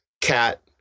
Cat